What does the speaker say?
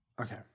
Okay